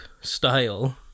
style